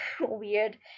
weird